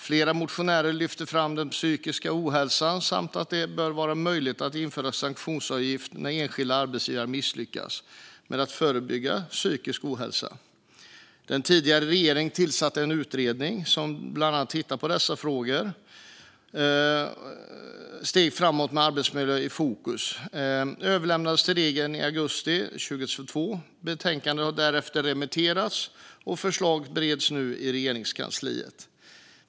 Flera motionärer lyfter fram den psykiska ohälsan samt att det bör vara möjligt att införa sanktionsavgift när enskilda arbetsgivare misslyckas med att förebygga psykisk ohälsa. Den tidigare regeringen tillsatte en utredning som bland annat tittade på dessa frågor. Utredningen Steg framåt, med arbetsmiljön i fokus överlämnades till regeringen i augusti 2022. Betänkandet har därefter remitterats, och förslagen bereds nu i Regeringskansliet.